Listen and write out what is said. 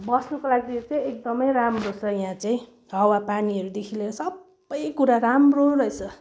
बस्नुको लागि चाहिँ यो चाहिँ एकदमै राम्रो छ यहाँ चाहिँ हावापानीहरूदेखि लिएर सबै कुरा राम्रो रहेछ